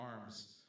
arms